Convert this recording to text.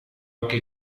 anche